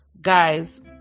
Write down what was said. Guys